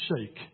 shake